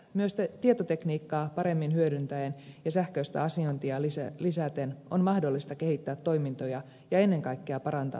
myös tietotekniikkaa paremmin hyödyntäen ja sähköistä asiointia lisäten on mahdollista kehittää toimintoja ja ennen kaikkea parantaa tuottavuutta